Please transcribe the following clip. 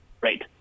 Right